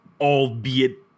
albeit